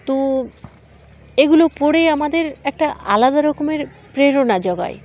তো এগুলো পড়ে আমাদের একটা আলাদা রকমের প্রেরণা জোগায়